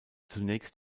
zunächst